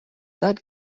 that